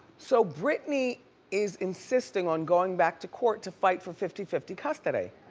so britney is insisting on going back to court to fight for fifty fifty custody.